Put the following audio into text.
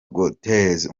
götze